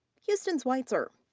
houston switzer.